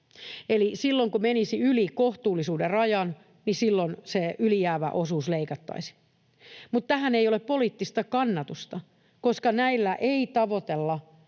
Eli silloin kun menisi yli kohtuullisuuden rajan, se ylijäävä osuus leikattaisiin. Mutta tähän ei ole poliittista kannatusta, koska näillä ei tavoitella